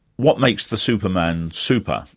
what makes the superman super?